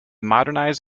modernize